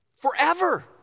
forever